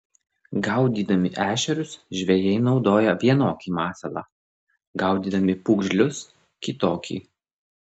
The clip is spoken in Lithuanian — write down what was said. gaudydami ešerius žvejai naudoja vienokį masalą gaudydami pūgžlius kitokį